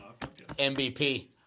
MVP